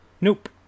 Nope